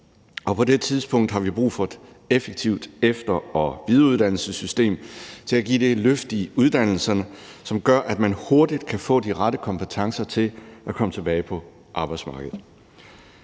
Og på det tidspunkt har vi brug for et effektivt efter- og videreuddannelsessystem til at give det løft i uddannelserne, som gør, at man hurtigt kan få de rette kompetencer til at komme tilbage på arbejdsmarkedet.